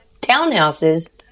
townhouses